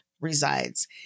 resides